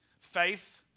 faith